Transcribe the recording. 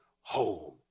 home